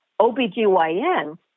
OBGYN